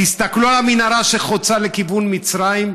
תסתכלו על המנהרה שחוצה לכיוון מצרים.